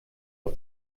aus